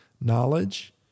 Knowledge